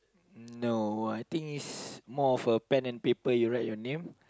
no I think it's more of a pen and paper you write your name